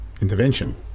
intervention